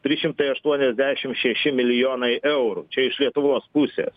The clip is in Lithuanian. trys šimtai aštuoniasdešim šeši milijonai eurų čia iš lietuvos pusės